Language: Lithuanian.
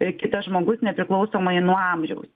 ir kitas žmogus nepriklausomai nuo amžiaus